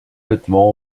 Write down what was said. vêtement